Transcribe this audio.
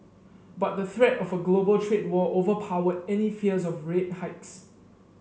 but the threat of a global trade war overpowered any fears of rate hikes